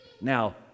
now